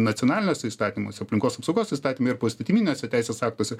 nacionaliniuose įstatymuose aplinkos apsaugos įstatyme ir poįstatyminiuose teisės aktuose